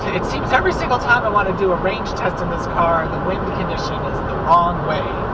it seems every single time i want to do a range test in this car the wind condition is the wrong way.